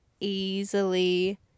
Easily